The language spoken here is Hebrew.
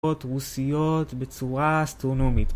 רוסיות בצורה אסטרונומית